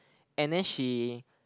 and then she